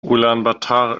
ulaanbaatar